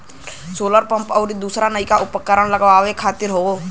solar pump आउर दूसर नइका उपकरण लगावे खातिर हौ